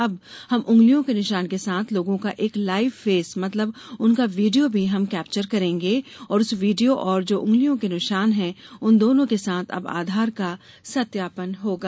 अब हम उंगूलियों के निशान के साथ लोगों का एक लाइव फेस मतलब उनका वीडियो भी हम कैप्चर करेंगे और उस वीडियो और जो उंगलियों के निशान हैं उन दोनों के साथ अब आधार का सत्यापन होगा